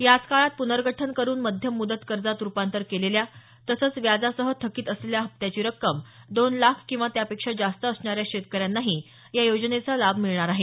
याच काळात प्नर्गठन करून मध्यम मुदत कर्जात रूपांतर केलेल्या तसंच व्याजासह थकित असलेल्या हप्त्याची रक्कम दोन लाख किंवा त्यापेक्षा जास्त असणाऱ्या शेतकऱ्यांनाही या योजनेचा लाभ मिळणार आहे